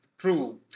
True